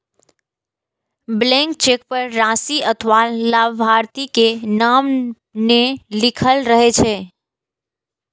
blank cheque पर राशि अथवा लाभार्थी के नाम नै लिखल रहै छै